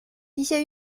一些